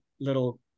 little